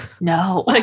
No